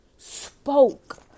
spoke